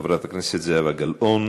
חברת הכנסת זהבה גלאון,